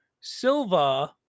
Silva